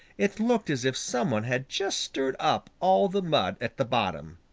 it looked as if some one had just stirred up all the mud at the bottom.